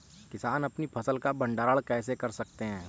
किसान अपनी फसल का भंडारण कैसे कर सकते हैं?